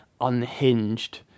unhinged